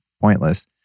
pointless